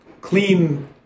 clean